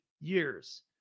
years